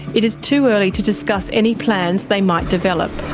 it is too early to discuss any plans they might develop.